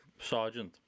Sergeant